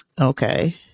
Okay